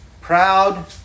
proud